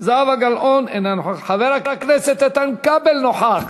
זהבה גלאון, אינה נוכחת, חבר הכנסת איתן כבל, נוכח